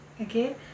okay